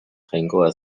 jainkoa